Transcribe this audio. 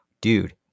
dude